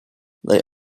they